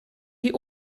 die